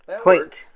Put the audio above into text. Clink